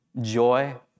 joy